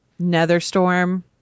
Netherstorm